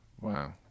Wow